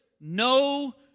no